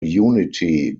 unity